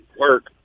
work